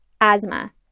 asthma